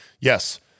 Yes